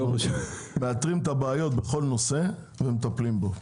אנחנו מאתרים את הבעיות בכל נושא ומטפלים בו.